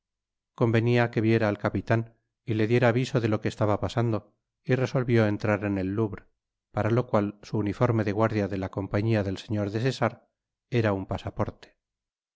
convenia que viera al capitan y je diera aviso de lo que estaba pasando y resolvió entrar en el louvre para lo cual su uniforme de guardia de la compañía del señor des essarts era un pasaporte